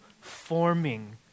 forming